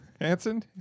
Hansen